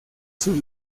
sus